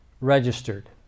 registered